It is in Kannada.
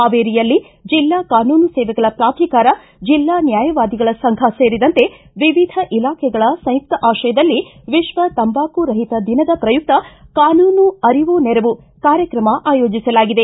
ಹಾವೇರಿಯಲ್ಲಿ ಜಿಲ್ಲಾ ಕಾನೂನು ಸೇವೆಗಳ ಪ್ರಾಧಿಕಾರ ಜಿಲ್ಲಾ ನ್ನಾಯವಾದಿಗಳ ಸಂಘ ಸೇರಿದಂತೆ ವಿವಿಧ ಇಲಾಖೆಗಳ ಸಂಯುಕಾಶ್ರಯದಲ್ಲಿ ವಿತ್ನ ತಂಬಾಕು ರಹಿತ ದಿನದ ಪ್ರಯುಕ್ನ ಕಾನೂನು ಅರಿವು ನೆರವು ಕಾರ್ಯಕ್ರಮ ಆಯೋಜಿಸಲಾಗಿದೆ